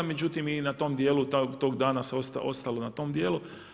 Međutim i na tom dijelu tog danas se ostalo na tom dijelu.